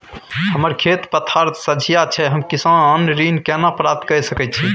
हमर खेत पथार सझिया छै हम किसान ऋण केना प्राप्त के सकै छी?